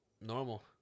normal